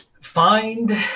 find